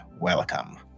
welcome